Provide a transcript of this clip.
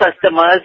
customers